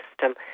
system